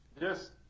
Yes